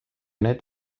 need